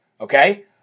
Okay